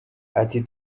ati